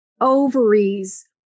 ovaries